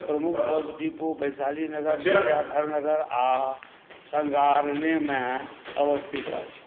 प्रमुख bus depot Vaishali Nagar Vidyadhar Nagar आ साङ्गानेरमे अवस्थित अछि